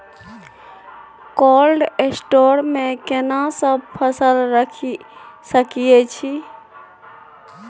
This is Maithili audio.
कोल्ड स्टोर मे केना सब फसल रखि सकय छी?